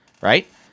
right